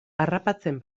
harrapatzen